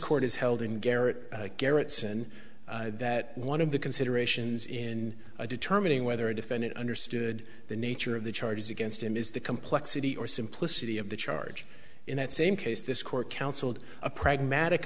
court is held in garrett gerritsen that one of the considerations in determining whether a defendant understood the nature of the charges against him is the complexity or simplicity of the charge in that same case this court counseled a pragmatic